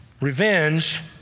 Revenge